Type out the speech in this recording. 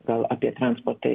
gal apie transportą